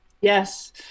Yes